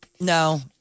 No